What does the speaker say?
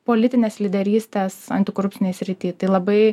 politinės lyderystės antikorupcinėj srity tai labai